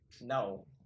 no